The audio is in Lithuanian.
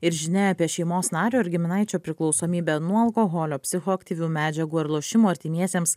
ir žinia apie šeimos nario ar giminaičio priklausomybę nuo alkoholio psichoaktyvių medžiagų ar lošimų artimiesiems